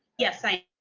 yes i am.